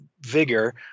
vigor